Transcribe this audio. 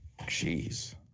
Jeez